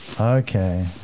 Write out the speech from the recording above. okay